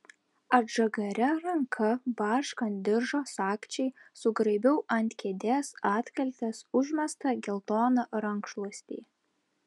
atžagaria ranka barškant diržo sagčiai sugraibiau ant kėdės atkaltės užmestą geltoną rankšluostį